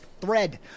thread